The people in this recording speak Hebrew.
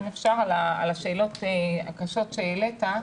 אם אפשר להתייחס לשאלות הקשות שהעלית.